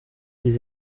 des